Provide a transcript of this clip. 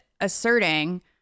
asserting